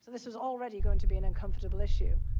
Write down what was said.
this is already going to be an uncomfortable issue.